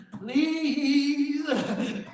please